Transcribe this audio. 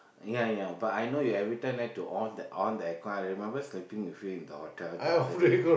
ya ya but I know you every time like to on on the air con I remember sleeping with you in the hotel the other day